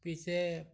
পিছে